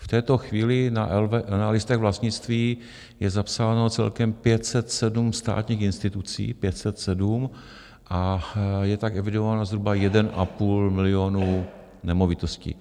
V této chvíli na listech vlastnictví je zapsáno celkem 507 státních institucí, 507, a je tak evidován zhruba 1,5 milionu nemovitostí.